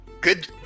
good